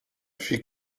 fit